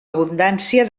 abundància